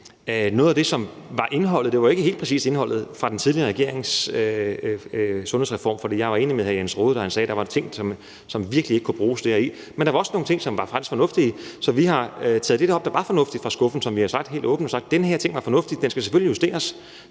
regerings sundhedsreform. Det var ikke helt præcist indholdet fra den tidligere regerings sundhedsreform, for jeg var enig med hr. Jens Rohde, da han sagde, at der var ting deri, som virkelig ikke kunne bruges – men der var også nogle ting, som faktisk var fornuftige. Så vi har taget det op af skuffen, som var fornuftigt. Vi har helt åbent sagt, at den her ting var fornuftig. Den skal selvfølgelig justeres,